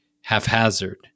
haphazard